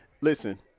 Listen